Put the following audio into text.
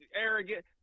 arrogant